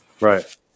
Right